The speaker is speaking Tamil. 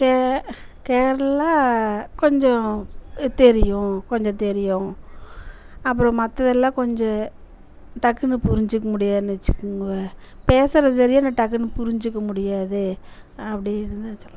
கே கேரளா கொஞ்சம் தெரியும் கொஞ்சம் தெரியும் அப்பறம் மற்றதெல்லாம் கொஞ்சம் டக்குன்னு புரிஞ்சிக்க முடியாதுன்னு வச்சுக்குங்க பேசுகிறது தெரியும் ஆனால் டக்குன்னு புரிஞ்சிக்க முடியாது அப்படின்னு தான் சொல்லுறேன்